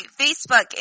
Facebook